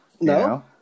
No